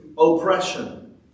Oppression